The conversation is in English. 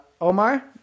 Omar